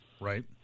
right